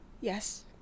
Yes